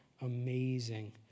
amazing